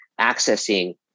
accessing